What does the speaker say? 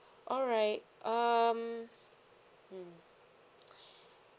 alright um mmhmm